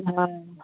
हँ